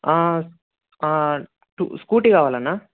scooty కావాలి అన్నా